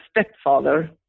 stepfather